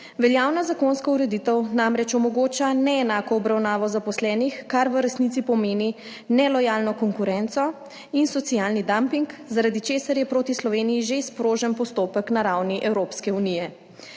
Veljavna zakonska ureditev namreč omogoča neenako obravnavo zaposlenih, kar v resnici pomeni nelojalno konkurenco in socialni dumping, zaradi česar je proti Sloveniji že sprožen postopek na ravni Evropske unije.